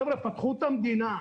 חבר'ה, פתחו את המדינה.